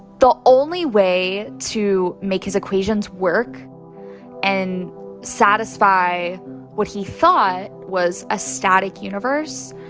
the only way to make his equations work and satisfy what he thought was a static universe,